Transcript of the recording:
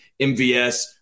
MVS